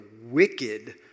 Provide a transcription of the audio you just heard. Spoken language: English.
wicked